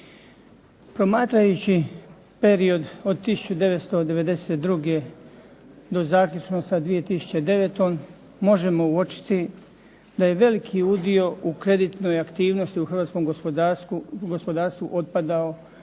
Promatrajući period od 1992. do zaključno sa 2009. možemo uočiti da je veliki udio u kreditnoj aktivnosti u hrvatskom gospodarstvu otpadao